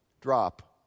drop